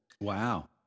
Wow